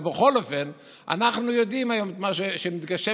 בכל אופן אנחנו יודעים היום את מה שמתגשם,